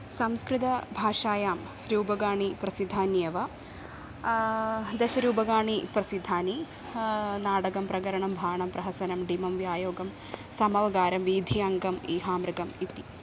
संस्कृतभाषायां रूपकाणि प्रसिद्धान्येव दशरूपकाणि प्रसिद्धानि नाटकं प्रकरणं भाणं प्रहसनं डिमं व्यायोगं समवकारं वीथिः अङ्कम् इहामृगम् इति